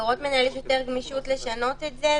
בהוראות מנהל יש יותר גמישות לשנות את זה,